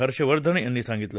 हर्षवर्धन यांनी सांगितलं